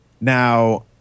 now